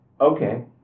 okay